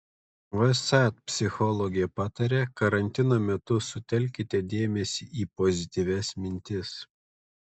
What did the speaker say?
vsat psichologė pataria karantino metu sutelkite dėmesį į pozityvias mintis